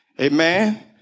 Amen